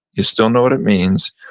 you still know what it means.